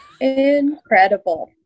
Incredible